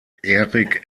eric